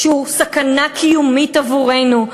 שהוא סכנה קיומית עבורנו.